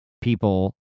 people